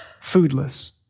foodless